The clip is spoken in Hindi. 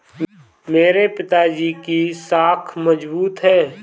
मेरे पिताजी की साख मजबूत है